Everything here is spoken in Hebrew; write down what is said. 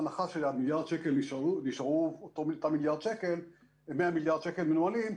בהנחה שה-100 מיליארד שקל יישארו באותם 100 מיליארד מנוהלים,